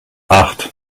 acht